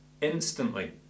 Instantly